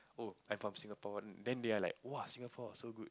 oh I'm from Singapore then they are like !wah! Singapore so good